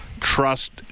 Trust